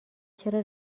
چرا